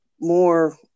more